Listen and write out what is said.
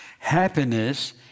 Happiness